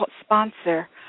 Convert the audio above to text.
sponsor